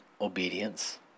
obedience